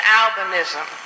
albinism